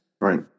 Right